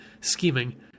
scheming